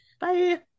Bye